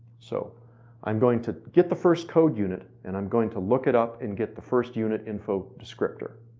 so i'm going to get the first code unit and i'm going to look it up and get the first unit info descriptor.